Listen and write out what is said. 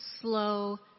slow